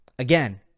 Again